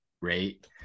rate